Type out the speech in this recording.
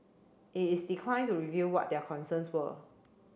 it is declined to reveal what their concerns were